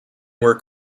work